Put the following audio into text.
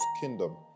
kingdom